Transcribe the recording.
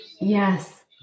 yes